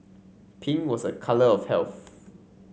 pink was a colour of health